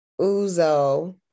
Uzo